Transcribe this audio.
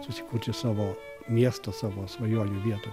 susikurti savo miestą savo svajonių vietą